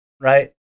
right